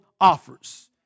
offers